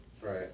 right